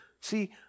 See